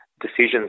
decisions